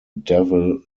devil